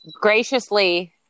graciously